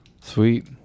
Sweet